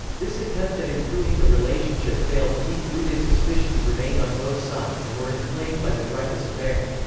this attempt at improving the relationship failed deep-rooted suspicions remained on both sides and were inflamed by the dreyfus affair.